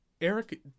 Eric